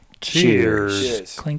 Cheers